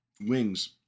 wings